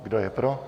Kdo je pro?